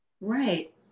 Right